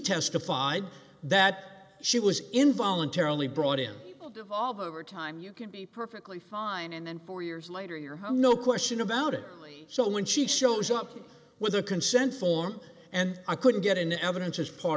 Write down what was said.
testified that she was in voluntarily brought in all the overtime you can be perfectly fine and then four years later you're home no question about it so when she shows up with her consent form and i couldn't get in evidence as part